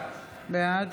בעד